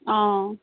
অঁ